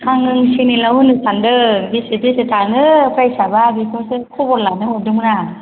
आङो चेनेलाव होनो सान्दों बेसे बेसे थाङो प्राइजसाबा बेखौसो खबर लानो हरदोंमोन आं